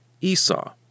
Esau